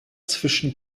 zwischen